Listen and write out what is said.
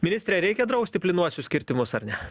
ministre ar reikia drausti plynuosius kirtimus ar ne